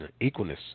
equalness